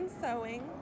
sewing